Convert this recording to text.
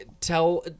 tell